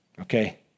okay